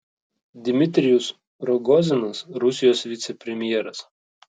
dmitrijus rogozinas rusijos vicepremjeras